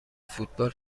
فوتبال